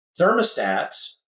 thermostats